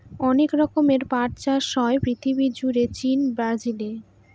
অনেক রকমের পাট চাষ হয় পৃথিবী জুড়ে চীন, ব্রাজিলে